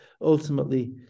Ultimately